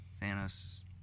thanos